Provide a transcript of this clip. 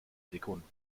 sekunden